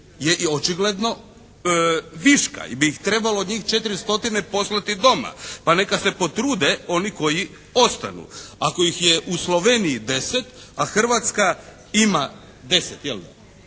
je očigledno viška ili bi ih trebalo od njih 4 stotine poslati doma, pa neka se potrude oni koji ostanu. Ako ih je u Sloveniji 10, a Hrvatska ima 10, 50